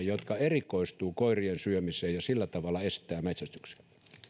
jotka erikoistuvat koirien syömiseen ja sillä tavalla estävät metsästyksen